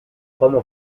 como